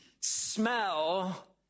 smell